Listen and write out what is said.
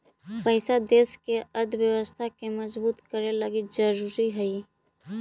पैसा देश के अर्थव्यवस्था के मजबूत करे लगी ज़रूरी हई